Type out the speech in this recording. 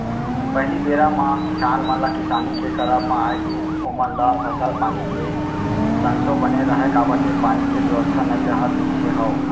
पहिली बेरा म किसान मन ल किसानी के करब म आए दिन ओमन ल फसल पानी के संसो बने रहय काबर के पानी के बेवस्था नइ राहत रिहिस हवय